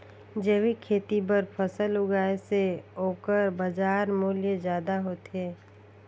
जैविक खेती बर फसल उगाए से ओकर बाजार मूल्य ज्यादा होथे